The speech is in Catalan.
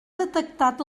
detectat